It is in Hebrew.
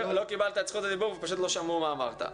לא קיבלת את זכות הדיבור ולא שמעו מה אמרת.